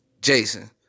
Jason